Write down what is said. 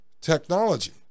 technology